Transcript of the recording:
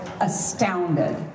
astounded